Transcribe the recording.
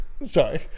Sorry